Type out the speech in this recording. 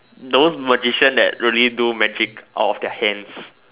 those magicians that really do magic out of their hands